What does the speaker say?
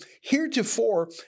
heretofore